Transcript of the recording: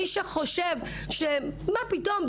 מי שחושב שמה פתאום,